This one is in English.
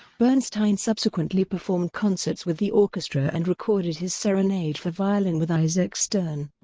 bernstein subsequently performed concerts with the orchestra and recorded his serenade for violin with isaac stern.